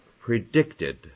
predicted